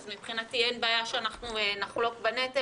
אז מבחינתי אין בעיה שאנחנו נחלוק בנטל,